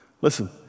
Listen